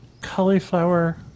cauliflower